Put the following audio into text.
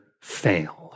fail